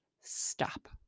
stop